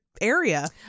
area